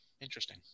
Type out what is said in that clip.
Interesting